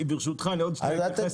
ברשותך, עוד שניה אתייחס לפאנל.